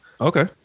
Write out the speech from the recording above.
Okay